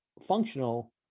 functional